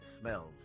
smells